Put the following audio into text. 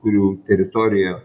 kurių teritorija